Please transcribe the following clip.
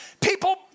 People